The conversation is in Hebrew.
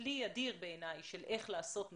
כלי אדיר של איך לעשות נכון.